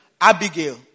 Abigail